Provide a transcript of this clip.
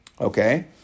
Okay